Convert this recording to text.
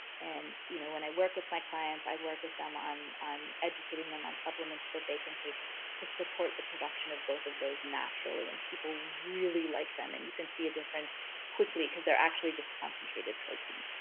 and you know when i work with my clients i work with them on on educating them on supplements that they can take to support the production of both of those naturally and people really like them. and you can see a difference quickly cause they're actually just concentrated protein.